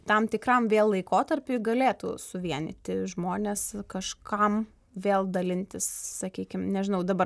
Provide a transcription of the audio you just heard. tam tikram laikotarpiui galėtų suvienyti žmones kažkam vėl dalintis sakykim nežinau dabar